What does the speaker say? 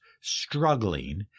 struggling